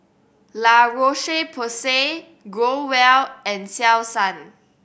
La Roche Porsay Growell and Selsun